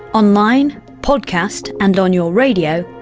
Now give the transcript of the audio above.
online, podcast and on your radio.